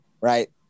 right